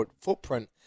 Footprint